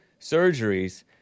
surgeries